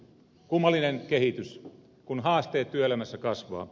kummallinen kehitys kun haasteet työelämässä kasvavat